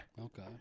Okay